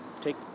Take